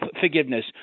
forgiveness